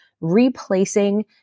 Replacing